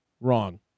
Wrong